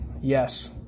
Yes